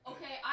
Okay